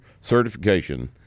certification